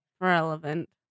Relevant